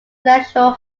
residential